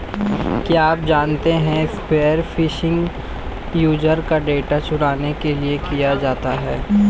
क्या आप जानते है स्पीयर फिशिंग यूजर का डेटा चुराने के लिए किया जाता है?